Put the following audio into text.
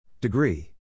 Degree